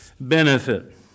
benefit